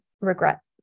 regret